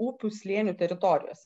upių slėnių teritorijose